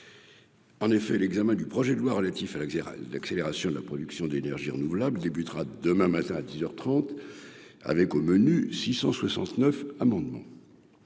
En effet, l'examen du projet de loi relatif à l'accès à l'accélération de la production d'énergie renouvelables débutera demain matin à 10 heures 30 avec au menu 669 amendements,